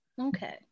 Okay